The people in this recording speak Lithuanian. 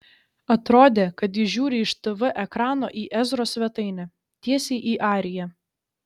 atrodė kad ji žiūri iš tv ekrano į ezros svetainę tiesiai į ariją